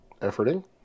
efforting